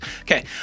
Okay